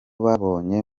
babonye